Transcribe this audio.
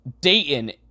Dayton